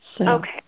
Okay